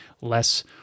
less